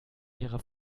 ihrer